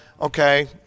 okay